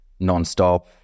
nonstop